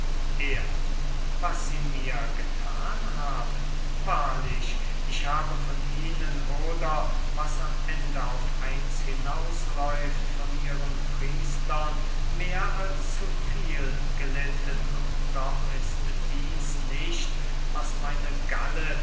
er was sie mir gethan haben wahrlich ich habe von ihnen oder was am ende auf eins hinausläuft von ihren priestern mehr als zu viel gelitten und doch ist dieß nicht was meine galle